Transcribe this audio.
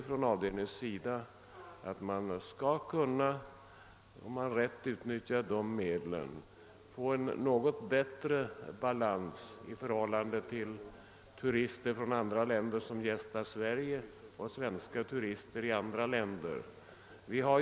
Från avdelningens sida tror vi därför att om det föreslagna anslaget rätt utnyttjas skall balansen mellan turister från andra länder som gästar Sverige och svenska turister i andra länder bli bättre.